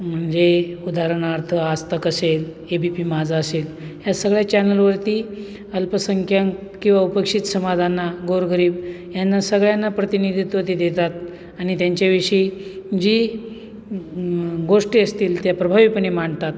म्हणजे उदाहरणार्थ आज तक असेल ए बी पी माझा असेल ह्या सगळ्या चॅनलवरती अल्पसंख्यांक किंवा उपेक्षित समाजाना गोरगरीब यांना सगळ्यांना प्रतिनिधित्व ते देतात आणि त्यांच्याविषयी जी गोष्टी असतील त्या प्रभावीपणे मांडतात